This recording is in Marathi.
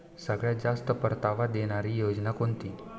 सगळ्यात जास्त परतावा देणारी योजना कोणती?